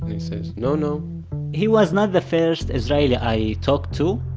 he says, no, no he was not the first israeli i talked to.